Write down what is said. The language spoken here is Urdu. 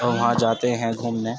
اور وہاں جاتے ہیں گھومنے